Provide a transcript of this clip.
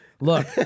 Look